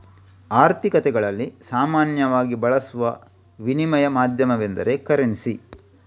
ಆರ್ಥಿಕತೆಗಳಲ್ಲಿ ಸಾಮಾನ್ಯವಾಗಿ ಬಳಸುವ ವಿನಿಮಯ ಮಾಧ್ಯಮವೆಂದರೆ ಕರೆನ್ಸಿ